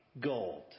gold